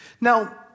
Now